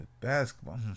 Basketball